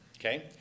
okay